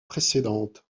précédentes